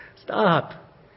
Stop